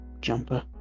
jumper